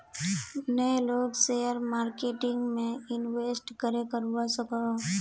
नय लोग share marketing में इंवेस्ट करे करवा सकोहो?